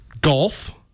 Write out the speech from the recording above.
Golf